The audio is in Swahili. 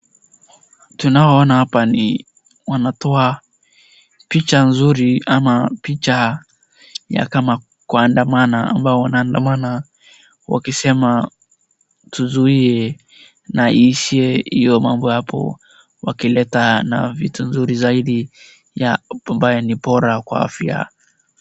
Tunaoona hapa ni wanatoa picha nzuri ama picha ya kama kuandamana ambao wanaandamana wakisema tuzuie na iishe hiyo mambo hapo wakileta na vitu nzuri zaidi ambayo ni bora kwa afya.